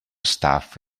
staff